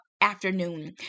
afternoon